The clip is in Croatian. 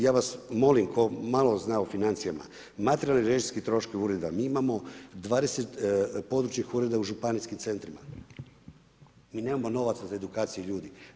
Ja vas molim tko malo zna o financijama, materijalni i režijski troškovi ureda, mi imamo 20 područnih ureda u županijskim centrima, mi nemamo novaca za edukaciju ljudi.